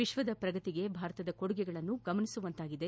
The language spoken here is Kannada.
ವಿಶ್ವದ ಪ್ರಗತಿಗೆ ಭಾರತದ ಕೊಡುಗೆಗಳನ್ನು ಗಮನಿಸುವಂತಾಗಿದೆ